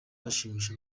bashimisha